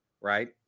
Right